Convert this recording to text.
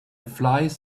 flies